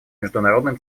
международным